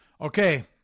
Okay